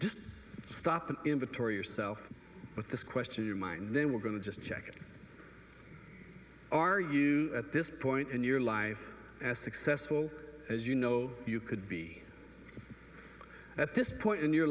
just stop and inventory yourself with this question your mind then we're going to just check are you at this point in your life as successful as you know you could be at this point in your